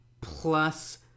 plus